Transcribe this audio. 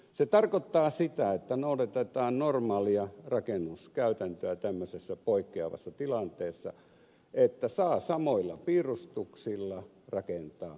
se tarkoittaa sitä että noudatetaan normaalia rakennuskäytäntöä tämmöisessä poikkeavassa tilanteessa että saa samoilla piirustuksilla rakentaa samanlaisen